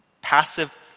passive